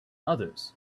others